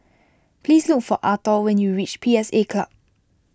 please look for Arthor when you reach P S A Club